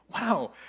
Wow